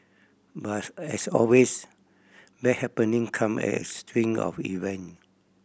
but as always bad happening come as string of event